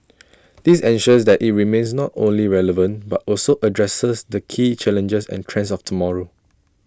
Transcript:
this ensures that IT remains not only relevant but also addresses the key challenges and trends of tomorrow